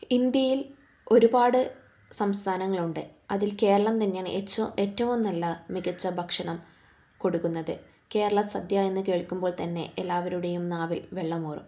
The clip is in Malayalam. ഇന്ത്യയിൽ ഒരുപാട് സംസ്ഥാനങ്ങളുണ്ട് അതിൽ കേരളം തന്നെയാണ് എച്ചവും ഏറ്റവും നല്ല മികച്ച ഭക്ഷണം കൊടുക്കുന്നത് കേരള സദ്യ എന്ന് കേൾക്കുമ്പോൾ തന്നെ എല്ലാവരുടെയും നാവിൽ വെള്ളമൂറും